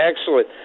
excellent